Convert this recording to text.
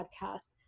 podcast